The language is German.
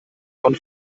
von